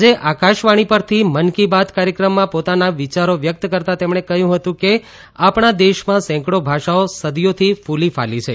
આજે આકાશવાણી પરથી મન કી બાત કાર્યક્રમમાં પોતાના વિચારો વ્યક્ત કરતાં તેમણે કહ્યું હતું કે આપણા દેશમાં સેંકડી ભાષાઓ સદીઓથી ફૂલી ફાલી છે